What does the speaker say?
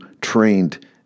trained